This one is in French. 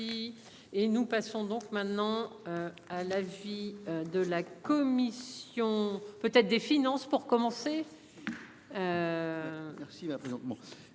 Et nous passons donc maintenant à l'avis de la commission. Peut être des finances pour commencer. Merci à vous en.